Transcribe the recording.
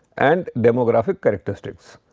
and demographic characteristics.